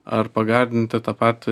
ar pagardinti tą patį